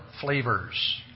flavors